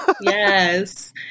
Yes